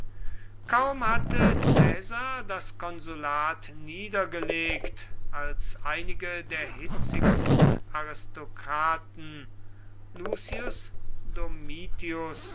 kaum hatte caesar das konsulat niedergelegt als einige der hitzigsten aristokraten lucius domitius